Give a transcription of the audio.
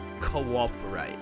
cooperate